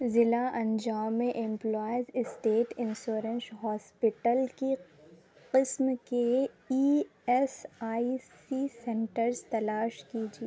ضلع انجاؤ میں امپلائیز اسٹیٹ انسورنش ہاسپیٹل کی قسم کے E S I C centres تلاش کیجیے